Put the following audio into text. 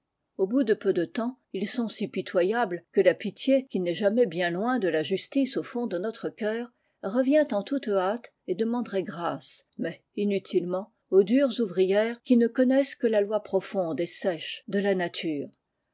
épuisé bout de peu de temps ils sont si pitoyables que la pitié qui n'est jamais bien loin de la justice au fond de notre cœur revient en toute kâte et demanderait grâce mais inutilement aux dures ouvrières qui ne connaissent que la loi profonde et sèche de la natare